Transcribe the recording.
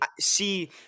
See